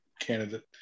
candidate